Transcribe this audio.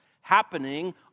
happening